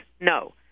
No